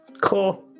Cool